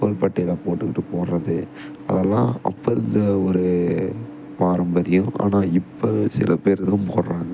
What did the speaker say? தோள்பட்டையில் போட்டுக்கிட்டு போகறது அதெலாம் அப்போ இருந்த ஒரு பாரம்பரியம் ஆனால் இப்போ சில பேர் தான் போடுறாங்க